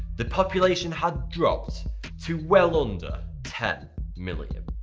the population had dropped to well under ten million.